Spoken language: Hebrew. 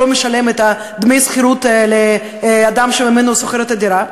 לא משלם את דמי השכירות לאדם שממנו הוא שוכר את הדירה?